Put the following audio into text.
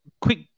Quick